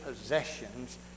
possessions